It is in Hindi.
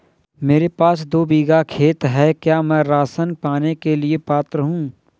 मेरे पास दो बीघा खेत है क्या मैं राशन पाने के लिए पात्र हूँ?